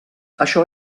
això